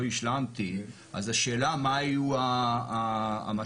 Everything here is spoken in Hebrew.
השלמתי אז השאלה מה יהיו המשמעויות.